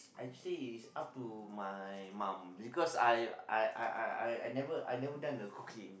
actually it's up to my mum because I I I I never I never done the cooking